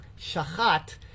shachat